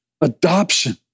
Adoption